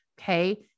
Okay